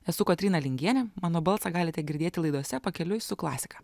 esu kotryna lingienė mano balsą galite girdėti laidose pakeliui su klasika